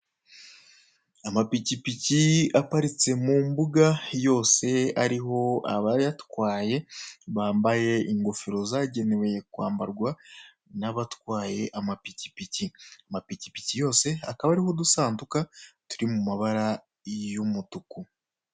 Amapikipiki aparitse mu mbuga yose ariho abayatwaye bambaye ingofero zagenewe kwambarwa n'abatwaye amapikipiki. Amapikipiki yose akaba arimo udusanduku turi mu mabara y'umutuku.